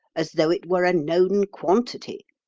as though it were a known quantity.